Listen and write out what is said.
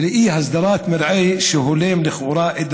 ומאי-הסדרת מרעה שהולם לכאורה את